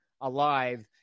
alive